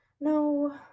No